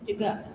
juga